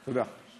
תודה.